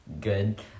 Good